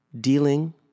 dealing